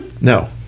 No